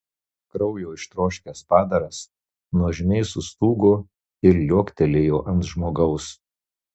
kraujo ištroškęs padaras nuožmiai sustūgo ir liuoktelėjo ant žmogaus